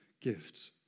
gifts